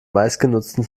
meistgenutzten